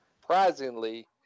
surprisingly